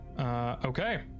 Okay